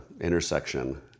intersection